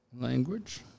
language